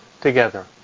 together